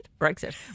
Brexit